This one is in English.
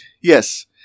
Yes